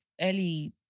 early